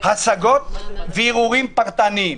השגות וערעורים פרטניים.